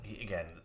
Again